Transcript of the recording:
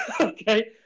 Okay